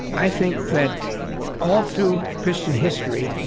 i think that all through christian history,